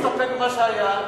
בוא ונסתפק במה שהיה,